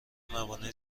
موانع